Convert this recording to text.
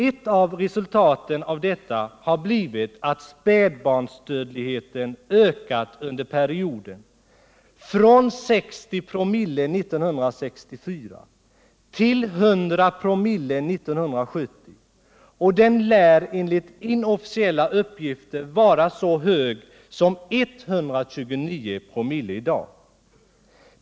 Ett av resultaten av detta har blivit att spädbarnsdödligheten har ökat under perioden från 60 promille 1964 till 100 promille 1970, och den lär enligt inofficiella uppgifter i dag vara så hög som 129 promille.